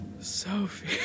Sophie